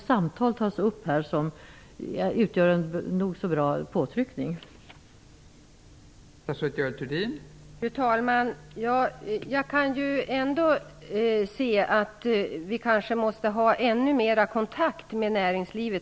Samtal kan utgöra ett nog så bra påtryckningsmedel.